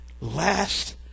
last